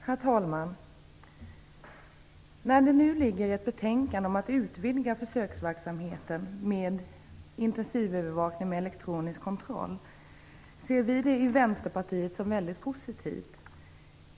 Herr talman! När det nu ligger ett betänkande om att utvidga försöksverksamheten med intensivövervakning med elektronisk kontroll, ser vi i Vänsterpartiet det som väldigt positivt.